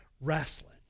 wrestling